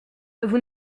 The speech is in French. vous